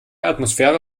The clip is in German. atmosphäre